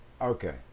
Okay